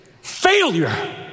failure